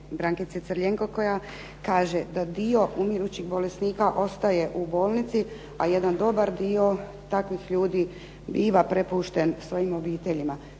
Brankice Crljenko koja kaže da dio umirućih bolesnika ostaje u bolnici, a jedan dobar dio takvih ljudi biva prepušten svojim obiteljima.